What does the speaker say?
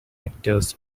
actors